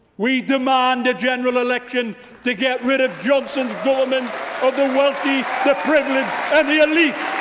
we demand a general election to get rid of johnson's government of the wealthy, the privileged and the elite.